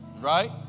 right